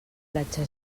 platja